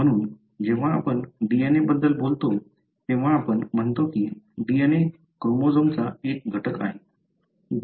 म्हणून जेव्हा आपण DNA बद्दल बोलतो तेव्हा आपण म्हणतो की DNA क्रोमोझोम् चा एक घटक आहे